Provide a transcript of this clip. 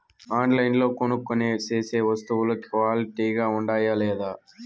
ఆన్లైన్లో కొనుక్కొనే సేసే వస్తువులు క్వాలిటీ గా ఉండాయా లేదా?